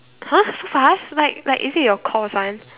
!huh! so fast like like is it your course one